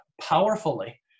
powerfully